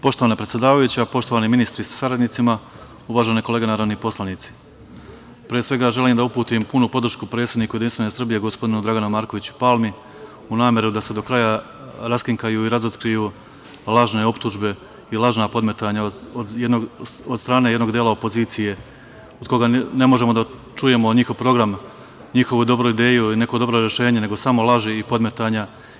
Poštovana predsedavajuća, poštovani ministri sa saradnicima, uvažene kolege narodni poslanici, pre svega, želim da uputim punu podršku predsedniku JS gospodinu Draganu Markoviću Palmi u nameri da se do kraja raskrinkaju i razotkriju lažne optužbe i lažna podmetanja od strane jednog dela opozicije, od koga ne možemo da čujemo njihov program, njihovu dobru ideju i neko dobro rešenje, nego samo laži i podmetanja.